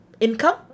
income